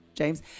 James